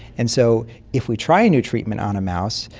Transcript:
and so if we try a new treatment on a mouse,